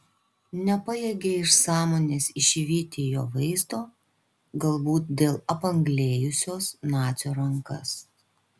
nepajėgė iš sąmonės išvyti jo vaizdo galbūt dėl apanglėjusios nacio rankas